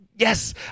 Yes